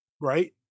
right